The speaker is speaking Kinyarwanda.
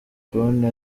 konti